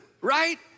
right